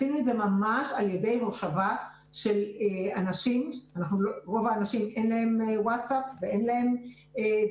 עשינו את זה לרוב האנשים אין ווטסאפ ואין דרך